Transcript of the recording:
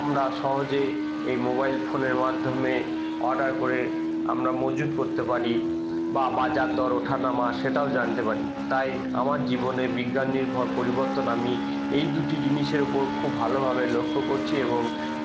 আমরা সহজে এই মোবাইল ফোনের মাধ্যমে অর্ডার করে আমরা মজুত করতে পারি বা বাজার দর ওঠা নামা সেটাও জানতে পারি তাই আমার জীবনে বিজ্ঞান নির্ভর পরিবর্তন আমি এই দুটি জিনিসের উপর খুব ভালোভাবে লক্ষ্য করছি এবং